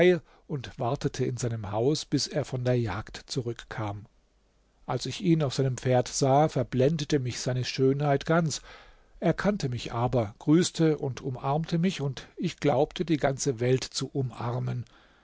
und wartete in seinem haus bis er von der jagd zurückkam als ich ihn auf seinem pferd sah verblendete mich seine schönheit ganz er kannte mich aber grüßte und umarmte mich und ich glaubte die ganze welt zu umarmen